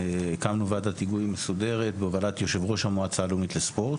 הקמנו ועדת היגוי מסודרת בהובלת יושב-ראש המועצה הלאומית לספורט.